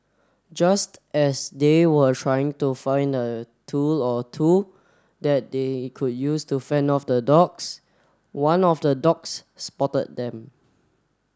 just as they were trying to find a tool or two that they could use to fend off the dogs one of the dogs spotted them